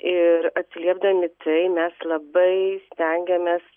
ir atsiliepdami į tai mes labai stengiamės